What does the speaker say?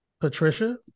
Patricia